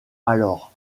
alors